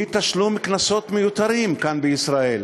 הוא תשלום קנסות מיותרים כאן בישראל.